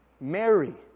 Mary